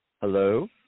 Hello